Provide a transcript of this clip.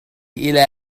إلى